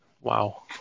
Wow